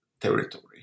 territory